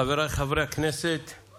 חבריי חברי הכנסת,